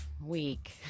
week